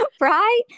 Right